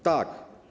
Tak.